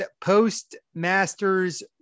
post-masters